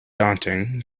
daunting